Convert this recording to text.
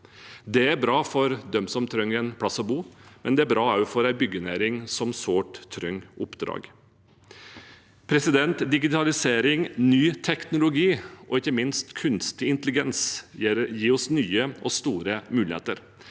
Det er bra for dem som trenger en plass å bo, og det er også bra for en byggenæring som sårt trenger oppdrag. Digitalisering, ny teknologi og ikke minst kunstig intelligens gir oss nye og store muligheter.